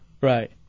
Right